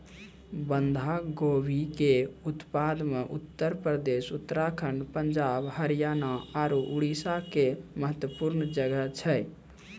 बंधा गोभी के उत्पादन मे उत्तर प्रदेश, उत्तराखण्ड, पंजाब, हरियाणा आरु उड़ीसा के महत्वपूर्ण जगह छै